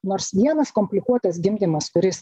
nors vienas komplikuotas gimdymas kuris